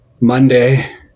Monday